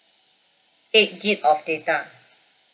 eight gig of data